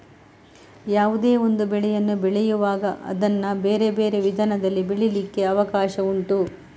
ಯಾವುದೇ ಒಂದು ಬೆಳೆಯನ್ನು ಬೆಳೆಯುವಾಗ ಅದನ್ನ ಬೇರೆ ಬೇರೆ ವಿಧಾನದಲ್ಲಿ ಬೆಳೀಲಿಕ್ಕೆ ಅವಕಾಶ ಉಂಟು